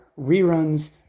reruns